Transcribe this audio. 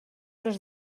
les